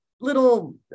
little